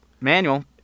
Manual